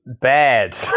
bad